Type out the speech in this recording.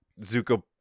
Zuko